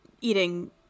eating